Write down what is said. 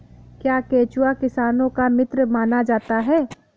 क्या केंचुआ किसानों का मित्र माना जाता है?